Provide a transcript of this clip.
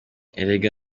erega